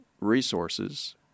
resources